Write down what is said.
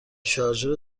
شارژر